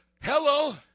Hello